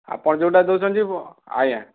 ଆପଣ ଯେଉଁଟା ଦେଉଛନ୍ତି ଆଜ୍ଞା